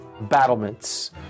battlements